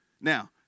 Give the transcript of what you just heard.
Now